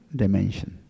dimension